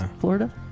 Florida